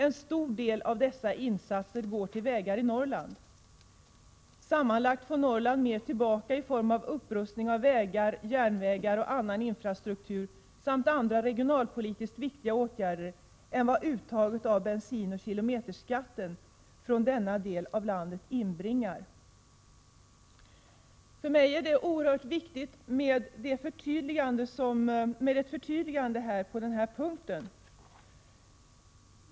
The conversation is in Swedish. En stor del av dessa insatser går till vägar i Norrland.” Det framhålls vidare: ”Sammantaget får Norrland mer tillbaka i form av upprustning av vägar, järnvägar och annan infrastruktur samt andra regionalpolitiskt viktiga åtgärder än vad uttaget av bensinoch kilometerskatt från denna del av landet inbringar.” För mig är det oerhört viktigt att ett förtydligande görs på denna punkt.